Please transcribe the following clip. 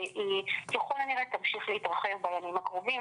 שהיא ככל הנראה תמשיך להתרחב בימים הקרובים